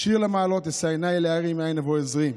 "שיר למעלות, אשא עיני אל ההרים מאין יבוא עזרי.